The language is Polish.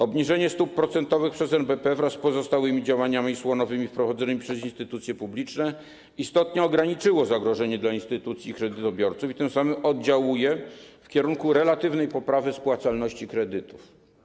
Obniżenie stóp procentowych przez NBP wraz z pozostałymi działaniami osłonowymi wprowadzonymi przez instytucje publiczne istotnie ograniczyło zagrożenie dla instytucji i kredytobiorców i tym samym oddziałuje w kierunku relatywnej poprawy spłacalności kredytów.